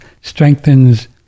strengthens